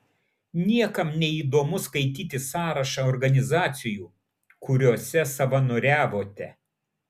niekam neįdomu skaityti sąrašą organizacijų kuriose savanoriavote